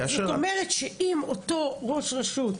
כאשר --- זאת אומרת שאם אותו ראש רשות,